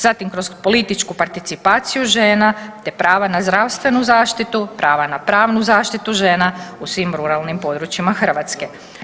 Zatim kroz političku participaciju žena, te prava na zdravstvenu zaštitu, prava na pravnu zaštitu žena u svim ruralnim područjima Hrvatske.